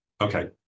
Okay